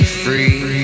free